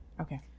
Okay